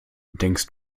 denkst